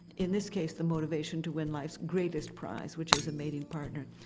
in this case the motivation to win life's greatest prize which is a mating partner.